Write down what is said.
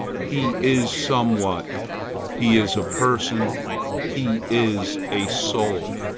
he is somewhat he is a person he is a soul.